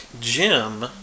Jim